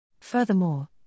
Furthermore